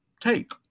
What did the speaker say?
take